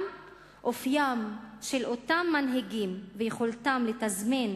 גם אופיים של אותם מנהיגים ויכולתם לתזמן,